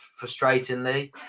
frustratingly